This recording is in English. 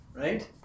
Right